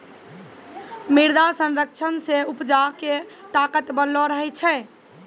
मृदा संरक्षण से उपजा के ताकत बनलो रहै छै